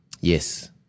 Yes